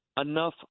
enough